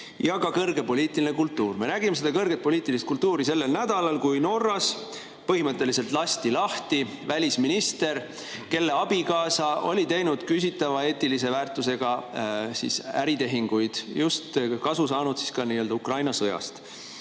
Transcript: ka kõrge poliitiline kultuur. Me nägime seda kõrget poliitilist kultuuri sellel nädalal, kui Norras põhimõtteliselt lasti lahti välisminister, kelle abikaasa oli teinud küsitava eetilise väärtusega äritehinguid, kasu saanud ka Ukraina sõjast.